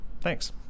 Thanks